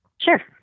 Sure